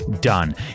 done